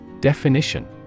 Definition